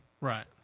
Right